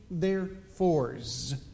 therefores